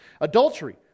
Adultery